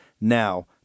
now